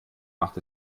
macht